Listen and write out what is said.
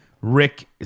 Rick